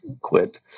quit